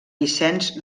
vicenç